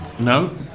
No